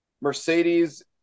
Mercedes